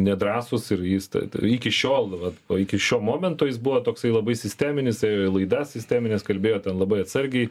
nedrąsūs ir jis tat iki šiol vat iki šio momento jis buvo toksai labai sisteminis laidas sistemines kalbėjo ten labai atsargiai